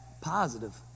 positive